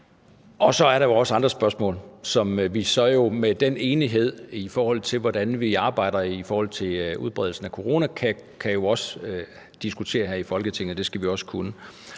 Og så er der jo også andre spørgsmål, som vi så med den enighed, i forhold til hvordan vi arbejder i forhold til udbredelsen af corona, kan diskutere her i Folketinget, og det skal vi også kunne.